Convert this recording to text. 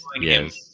yes